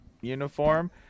uniform